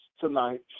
tonight